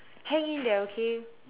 hang in there okay